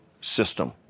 system